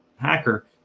hacker